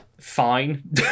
fine